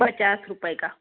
पचास रुपये का